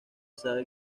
sabe